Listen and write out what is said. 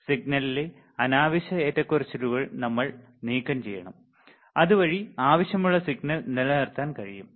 സിഗ്നലിലെ അനാവശ്യ ഏറ്റക്കുറച്ചിലുകൾ നമ്മൾ നീക്കംചെയ്യണം അതുവഴി ആവശ്യമുള്ള സിഗ്നൽ നിലനിർത്താൻ കഴിയും